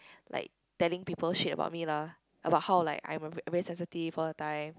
like telling people shit about me lah about how like I'm very sensitive all the time